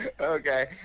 okay